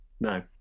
no